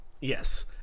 Yes